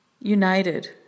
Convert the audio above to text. united